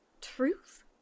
Truth